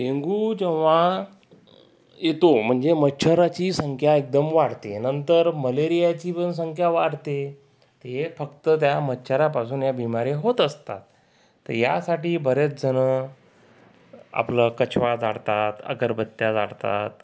dengue जेव्हा येतो म्हणजे मच्छराची संख्या एकदम वाढते नंतर मलेरियाची पण संख्या वाढते ते फक्त त्या मच्छरापासून ह्या बिमाऱ्या होत असतात तर यासाठी बरेच जणं आपलं कछवा जाळतात अगरबत्त्या जाळतात